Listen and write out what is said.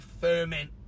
ferment